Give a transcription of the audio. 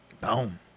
Boom